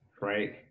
right